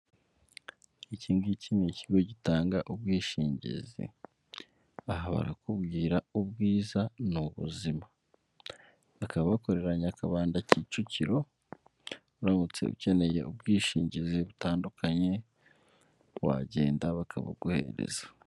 Iki ngiki ni ikigo gitanga ubwishingizi, aha barakubwira ubwiza ni ubuzima, bakaba bakorera Nyakabanda Kicukiro, uramutse ukeneye ubwishingizi butandukanye wagenda bakabuguhereza.